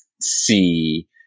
see